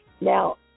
Now